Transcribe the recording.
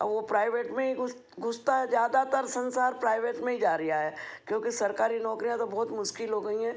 और वो प्राइवेट में ही घुस घुसता है ज़्यादातर संसार प्राइवेट में ही जा रहा है क्योंकि सरकारी नौकरियाँ तो बहुत मुश्किल हो गई हैं